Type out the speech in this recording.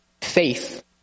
faith